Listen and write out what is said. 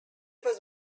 was